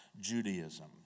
Judaism